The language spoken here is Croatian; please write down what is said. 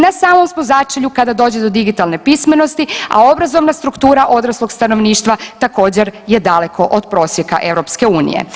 Na samom smo začelju kada dođe do digitalne pismenosti, a obrazovna struktura odraslog stanovništva također je daleko od prosjeka EU.